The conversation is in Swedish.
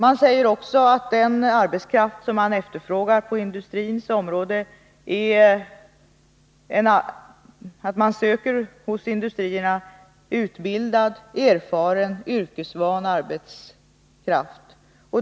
Man säger också att industrierna söker utbildad, erfaren och yrkesvan arbetskraft.